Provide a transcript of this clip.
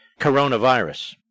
coronavirus